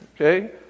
Okay